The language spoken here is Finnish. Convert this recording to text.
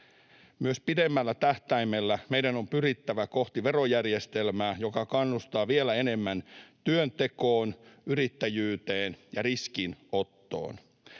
Myös pidemmällä tähtäimellä meidän on pyrittävä kohti verojärjestelmää, joka kannustaa vielä enemmän työntekoon, yrittäjyyteen ja riskinottoon.